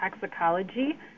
toxicology